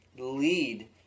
Lead